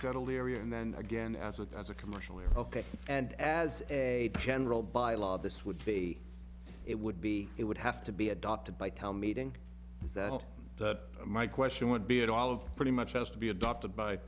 settled area and then again as a as a commercially ok and as a general by law this would be it would be it would have to be adopted by town meeting is that my question would be at all of pretty much has to be adopted by